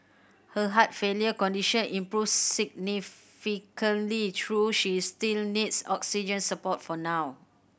her heart failure condition improved significantly though she still needs oxygen support for now